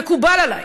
מקובל עליי.